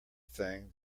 thing